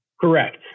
Correct